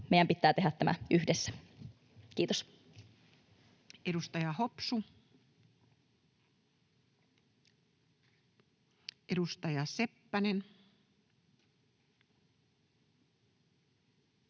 Meidän pitää tehdä tämä yhdessä. — Kiitos.